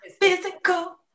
physical